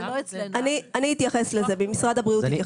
אני אתייחס לזה, משרד הבריאות.